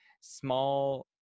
small